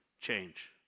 change